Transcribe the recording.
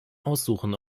aussuchen